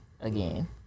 again